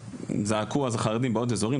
זעקו אז חרדים בעוד אזורים,